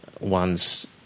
ones